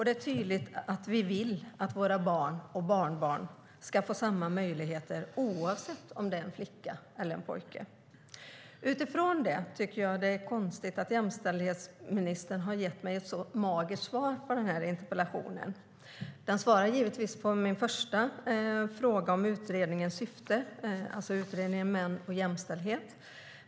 Det är tydligt att vi vill att våra barn och barnbarn ska få samma möjligheter oavsett om det är en flicka eller en pojke. Utifrån detta tycker jag att det är konstigt att jämställdhetsministern har gett mig ett så magert svar på denna interpellation. Jag får givetvis svar på min första fråga om syftet med utredningen Män och jämställdhet .